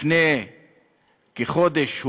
לפני כחודש,